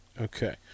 Okay